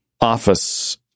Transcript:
office